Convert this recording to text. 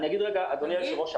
אדוני היושב-ראש,